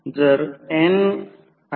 Z आपल्याला अर्धा Ω मिळाले आहे